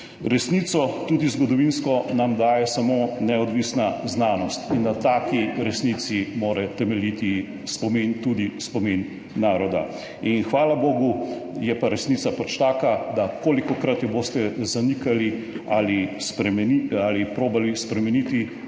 Resnico, tudi zgodovinsko, nam daje samo neodvisna znanost in na taki resnici mora temeljiti spomin, tudi spomin naroda. In, hvala bogu, je pa resnica pač taka, da kolikokrat jo boste zanikali ali probali spremeniti,